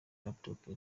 laptops